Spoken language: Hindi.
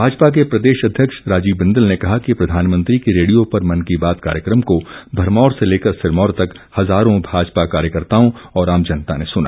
भाजपा के प्रदेश अध्यक्ष राजीव बिंदल ने कहा कि प्रधानमंत्री के रेडियो पर मन की बात कार्यक्रम को भरमौर से लेकर सिरमौर तक हजारों भाजपा कार्यकर्ताओं और आमजनता ने सुना